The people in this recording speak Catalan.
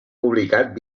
publicat